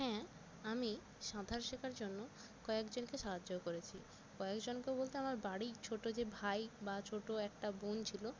হ্যাঁ আমি সাঁতার শেখার জন্য কয়েকজনকে সাহায্য করেছি কয়েকজনকে বলতে আমার বাড়ির ছোটো যে ভাই বা ছোটো একটা বোন ছিলো